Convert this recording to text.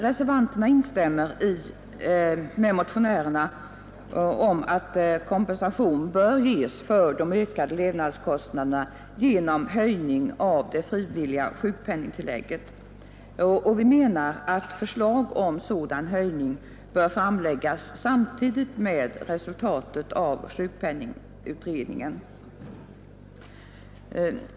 Reservanterna instämmer med motionärerna i att kompensation bör kunna ges för de ökade levnadskostnaderna genom en höjning av det frivilliga sjukpenningtillägget. Vi menar att förslag om sådan höjning bör framläggas samtidigt med att resultatet av sjukpenningutredningens arbete redovisas.